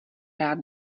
rád